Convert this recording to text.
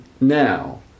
Now